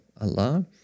Allah